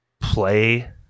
play